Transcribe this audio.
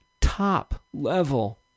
top-level